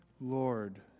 Lord